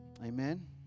Amen